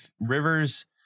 Rivers